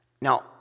Now